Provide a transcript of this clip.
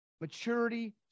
maturity